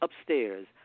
upstairs